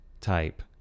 type